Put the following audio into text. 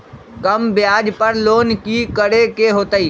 कम ब्याज पर लोन की करे के होतई?